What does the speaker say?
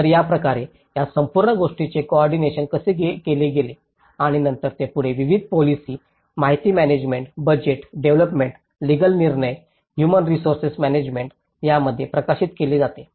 तर या प्रकारे या संपूर्ण गोष्टीचे कोऑर्डिनेशन कसे केले गेले आणि नंतर ते पुढे विविध पोलिसी माहिती मॅनॅजमेण्ट बजेट डेव्हलोपमेंट लीगल निर्णय हुमान रिसोर्सेस मॅनॅजमेण्ट यामध्ये प्रकाशित केले जाते